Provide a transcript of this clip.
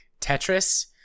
Tetris